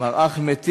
מר אחמד טיבי.